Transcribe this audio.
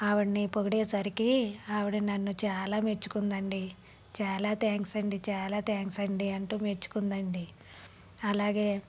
ఆవిడ్ని పొగిడేసరికి ఆవిడ నన్ను చాలా మెచ్చుకుందండి చాలా థాంక్స్ అండి చాలా థాంక్స్ అండి అంటూ మెచ్చుకుందండి అలాగే